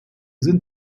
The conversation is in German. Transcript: sind